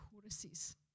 choruses